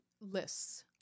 lists